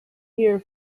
here